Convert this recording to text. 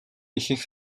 ихэнх